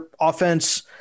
offense –